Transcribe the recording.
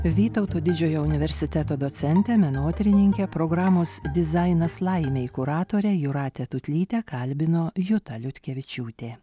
vytauto didžiojo universiteto docentę menotyrininkę programos dizainas laimei kuratorę jūratę tutlytę kalbino juta liutkevičiūtė